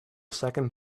second